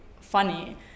funny